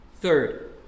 Third